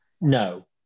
No